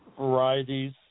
varieties